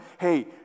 hey